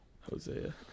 Hosea